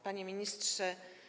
Panie Ministrze!